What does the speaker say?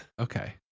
Okay